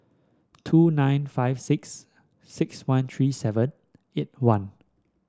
two nine five six six one three seven eight one